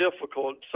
difficult